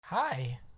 Hi